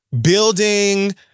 building